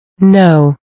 No